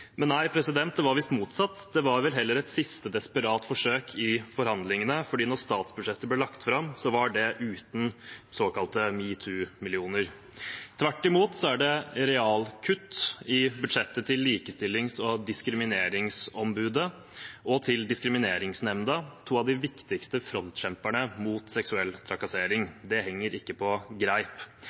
men nei, det var visst motsatt. Det var vel heller et siste desperat forsøk i forhandlingene, for da statsbudsjettet ble lagt fram, var det uten såkalte metoo-millioner. Tvert imot er det realkutt i budsjettet til Likestillings- og diskrimineringsombudet og Diskrimineringsnemnda, to av de viktigste frontkjemperne mot seksuell trakassering. Det henger ikke på greip.